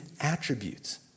attributes